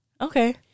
Okay